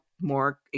more